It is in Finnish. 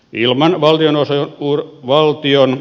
ilman valtion osa uuden valtion